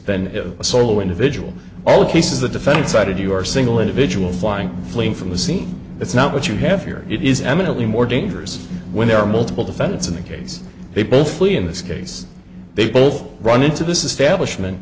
than a solo individual all cases the defense side you are single individual flying fleeing from the scene it's not what you have here it is eminently more dangerous when there are multiple defendants in the case they both flee in this case they both run into this establishment